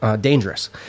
dangerous